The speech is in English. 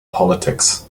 politics